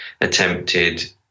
attempted